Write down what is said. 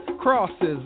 crosses